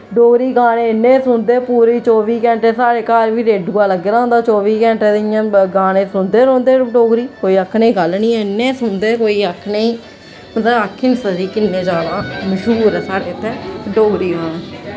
डोगरी गाने इ'न्ने सुनदे पूरी चौबी घैंटे साढ़े घर बी रेडूआ लग्गे दा होंदा चौबी घैंटे ते इ'यां गाने सुनदे रौंह्दे डोगरी कोई आक्खने दी गल्ल नी ऐ इ'न्ने सुनदे कोई आक्खने दी मतलब आक्खी नी सकदी किन्ने ज्यादा मश्हूर ऐ साढ़े इत्थें इत्थै डोगरी गाना